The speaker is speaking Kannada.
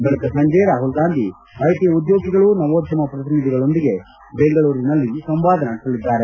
ಬಳಿಕ ಸಂಜೆ ರಾಹುಲ್ಗಾಂಧಿ ಐಟಿ ಉದ್ಯೋಗಿಗಳು ನವೋದ್ಯಮ ಪ್ರತಿನಿಧಿಗಳೊಂದಿಗೆ ಬೆಂಗಳೂರಿನಲ್ಲಿ ಸಂವಾದ ನಡೆಸಲಿದ್ದಾರೆ